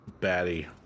batty